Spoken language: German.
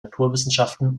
naturwissenschaften